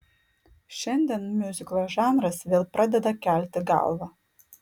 šiandien miuziklo žanras vėl pradeda kelti galvą